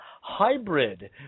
hybrid